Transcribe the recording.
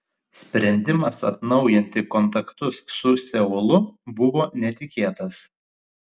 sprendimas atnaujinti kontaktus su seulu buvo netikėtas